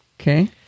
Okay